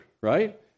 right